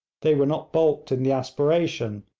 they were not baulked in the aspiration,